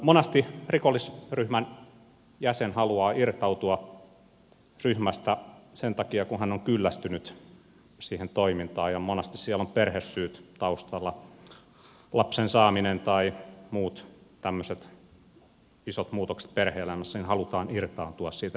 monasti rikollisryhmän jäsen haluaa irtautua ryhmästä kun hän on kyllästynyt siihen toimintaan ja monasti siellä on perhesyyt taustalla lapsen saaminen tai muut tämmöiset isot muutokset perhe elämässä kun halutaan irtaantua siitä rikollisjärjestöstä